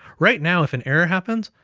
right now if an error happens,